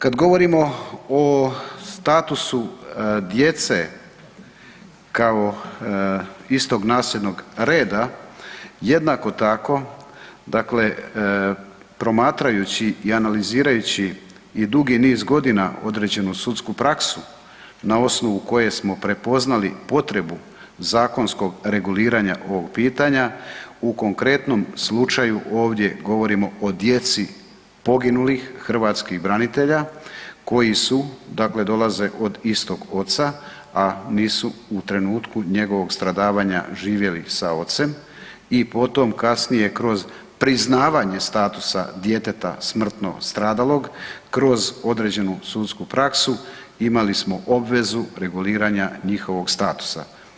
Kad govorimo o statusu djece kao istog nasljednog reda, jednako tako, dakle, promatrajući i analizirajući i dugi niz godina određenu sudsku praksu na osnovu koje smo prepoznali potrebu zakonskog reguliranja ovog pitanja u konkretnom slučaju ovdje govorimo o djeci poginulih hrvatskih branitelja koji su, dakle dolaze od istog oca, a nisu u trenutku njegovog stradavanja živjeli sa ocem i potom kasnije kroz priznavanje statusa djeteta smrtno stradalog, kroz određenu sudsku praksu imali smo obvezu reguliranja njihovog statusa.